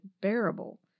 bearable